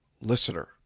listener